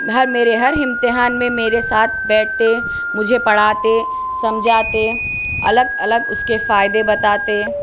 ہر میرے ہر امتحان میں میرے ساتھ بیٹھتے مجھے پڑھاتے سمجھاتے الگ الگ اس کے فائدہ بتاتے